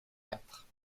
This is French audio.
quatre